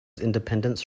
independence